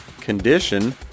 condition